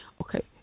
Okay